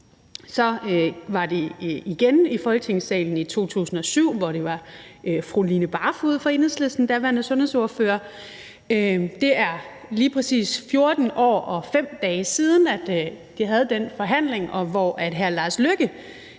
så var det igen i Folketingssalen i 2007, hvor det var Line Barfod, den daværende sundhedsordfører fra Enhedslisten. Det er lige præcis 14 år og 5 dage siden, de havde den forhandling, og hvor hr. Lars Løkke